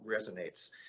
resonates